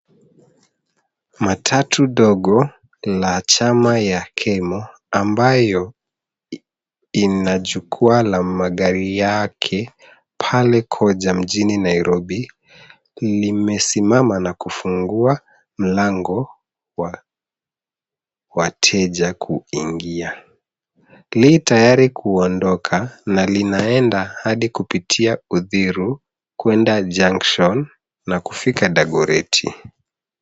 Matatu ndogo la chama ya KEMO ambayo ina jukwaa ya magari yake pale Koja mjini Nairobi limesimama na kufungua mlango wa wateja kuingia. Li tayari kuondoka na linaenda hadi kupitia Uthiru, kwenda Junction na kufika Dagoretti.